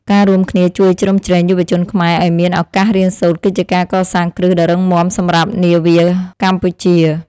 ការរួមគ្នាជួយជ្រោមជ្រែងយុវជនខ្មែរឱ្យមានឱកាសរៀនសូត្រគឺជាការកសាងគ្រឹះដ៏រឹងមាំសម្រាប់នាវាកម្ពុជា។